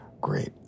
Great